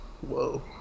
Whoa